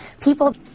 people